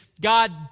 God